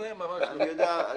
--- אני יודע,